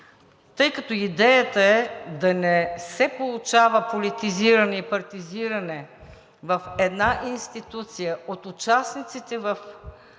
Тъй като идеята е да не се получава политизиране и партизиране в една институция от участниците в